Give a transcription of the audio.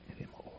anymore